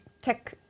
Tech